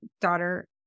daughter